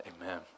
amen